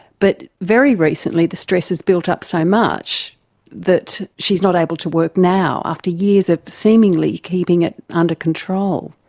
but very recently the stress has built up so much that she's not able to work now, after years of seemingly keeping it under control.